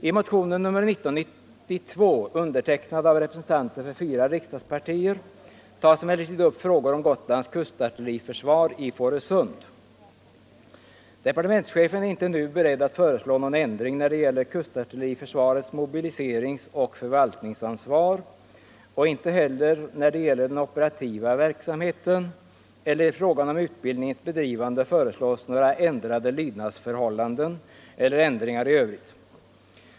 I motionen 1992, undertecknad av representanter för fyra riksdagspartier, tas emellertid upp frågor om Gotlands kustartilleriförsvar i Fårösund. Departementschefen är inte nu beredd att föreslå någon ändring när det gäller kustartilleriförsvarets mobiliseringsoch förvaltningsansvar. Inte heller då det gäller den operativa verksamheten eller i fråga om utbildningens bedrivande föreslås några ändrade lydnadsförhållanden eller ändringar i övrigt.